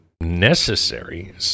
necessary